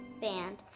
band